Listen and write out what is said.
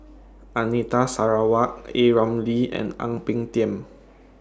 Anita Sarawak A Ramli and Ang Peng Tiam